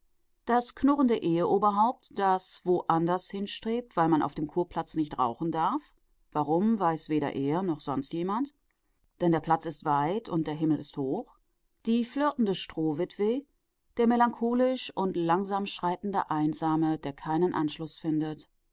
das knurrende eheoberhaupt das wo anders hinstrebt weil man auf dem kurplatz nicht rauchen darf warum weiß weder er noch sonst jemand denn der platz ist weit und der himmel ist hoch die flirtende strohwitwe der melancholisch und langsam schreitende einsame der keinen anschluß findet